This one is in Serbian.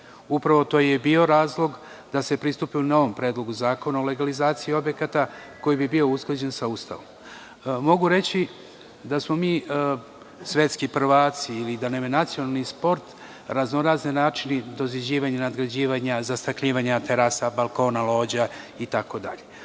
Upravo to je i bio razlog da se pristupi novom Predlogu zakona o legalizaciji objekata koji bi bio usklađen sa Ustavom. Mogu reći da smo mi svetski prvaci ili da nam je nacionalni sport raznorazni načini doziđivanja i nadgrađivanja, zastakljivanja terasa, balkona, lođa i